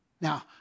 Now